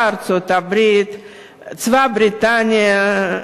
צבא ארצות-הברית, צבא בריטניה,